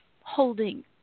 holding